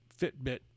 Fitbit